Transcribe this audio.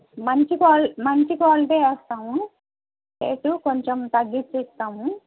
మంచి మంచి క్వాలిటీ వేస్తాము రేటు కొంచెం తగ్గించి ఇస్తాము